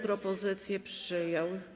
propozycję przyjął.